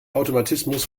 automatismus